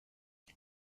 now